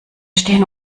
stehen